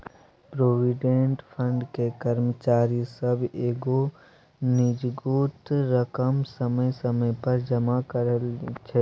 provident fund मे कर्मचारी सब एगो निजगुत रकम समय समय पर जमा करइ छै